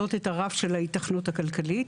להעלות את הרף של ההיתכנות הכלכלית.